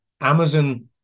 Amazon